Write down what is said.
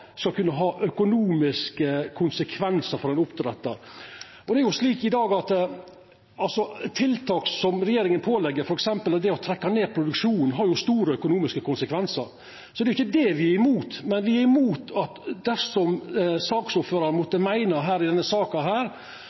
skal kunna ha økonomiske konsekvensar for dei som driv med oppdrett. Det er slik i dag at tiltak som regjeringa pålegg når det gjeld t.d. det å trekkja ned produksjonen, har store økonomiske konsekvensar. Så det er jo ikkje det me er imot, men dersom saksordføraren måtte meina i denne saka